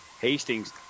Hastings